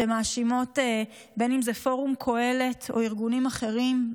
שמאשימות, בין שזה פורום קהלת או ארגונים אחרים,